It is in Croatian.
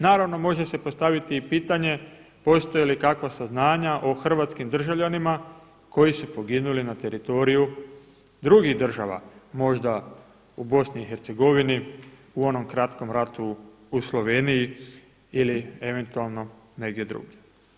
Naravno može se postaviti i pitanje postoje li kakva saznanja o hrvatskim državljanima koji su poginuli na teritoriju drugih država, možda u BiH u onom kratkom ratu u Sloveniji ili eventualno negdje drugdje.